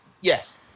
Yes